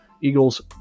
Eagles